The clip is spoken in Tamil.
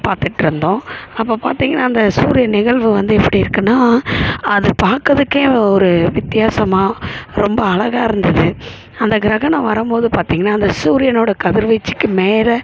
பார்த்துட்டு இருந்தோம் அப்போ பார்த்தீங்கன்னா அந்த சூரிய நிகழ்வு வந்து எப்படி இருக்குன்னால் அது பார்க்குறதுக்கே ஒரு வித்தியாசமாக ரொம்ப அழகா இருந்தது அந்த கிரகணம் வரும் போது பார்த்தீங்கன்னா அந்த சூரியனோடய கதிர்வீச்சுக்கு மேலே